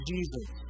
Jesus